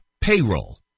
Payroll